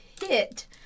hit